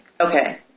Okay